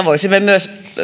voisimme myös